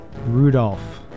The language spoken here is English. Rudolph